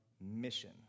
mission